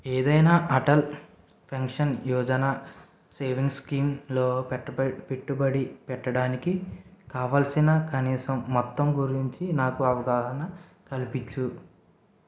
ఏదైనా Atal pension Yojana savings స్కీమ్లో పెట్టబ పెట్టుబడి పెట్టడానికి కావాల్సిన కనీసం మొత్తం గురించి నాకు అవగాహన కల్పిచ్చు